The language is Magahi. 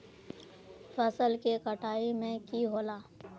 फसल के कटाई में की होला?